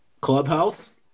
Clubhouse